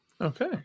Okay